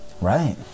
Right